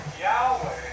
Yahweh